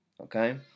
Okay